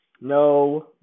No